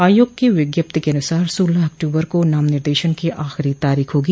आयोग की विज्ञप्ति के अनुसार सोलह अक्टूबर को नाम निर्देशन की आखिरी तारीख होगी